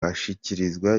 ashyikiriza